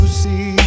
see